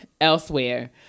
elsewhere